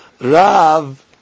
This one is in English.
Rav